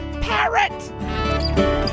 parrot